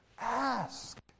Ask